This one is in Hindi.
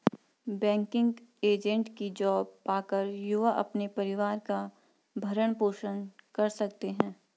बैंकिंग एजेंट की जॉब पाकर युवा अपने परिवार का भरण पोषण कर रहे है